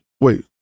wait